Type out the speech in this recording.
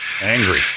Angry